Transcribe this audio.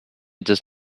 does